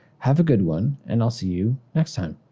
have a good one and i'll see you next time.